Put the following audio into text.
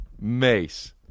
Mace